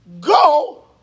go